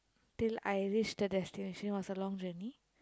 till I reach the destination was a long journey